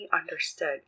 understood